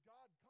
God